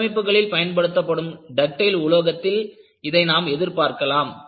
கட்டமைப்புகளில் பயன்படுத்தப்படும் டக்டைல் உலோகத்தில் இதை நாம் எதிர்பார்க்கலாம்